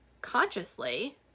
consciously